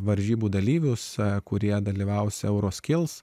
varžybų dalyvius kurie dalyvaus